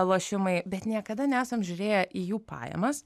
lošimai bet niekada nesam žiūrėję į jų pajamas